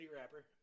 rapper